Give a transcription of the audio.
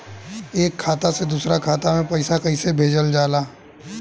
एक खाता से दूसरा खाता में पैसा कइसे भेजल जाला?